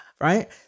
Right